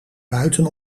buiten